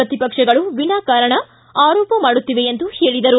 ಪ್ರತಿಪಕ್ಷಗಳು ವಿನಾಕಾರಣ ಆರೋಪ ಮಾಡುತ್ತಿವೆ ಎಂದು ಹೇಳಿದರು